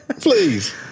Please